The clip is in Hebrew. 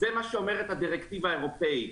זה מה שאומרת הדירקטיבה האירופאית.